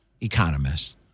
economists